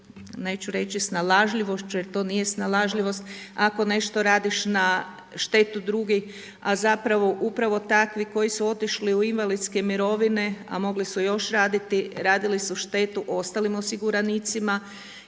neću reći snalažljivošću, jer to nije snalažljivost, ako nešto radiš na štetu drugih, a zapravo upravo takvi koji su otišli u invalidske mirovine, a mogli su još raditi, radili su štetu ostalim osiguranicima